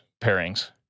pairings